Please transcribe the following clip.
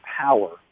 power